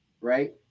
right